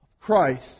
Christ